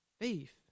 Faith